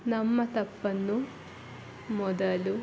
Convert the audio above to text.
ನಮ್ಮ ತಪ್ಪನ್ನು ಮೊದಲು